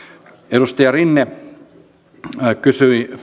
edustaja rinne kysyi